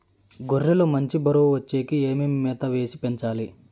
గొర్రె లు మంచి బరువు వచ్చేకి ఏమేమి మేత వేసి పెంచాలి?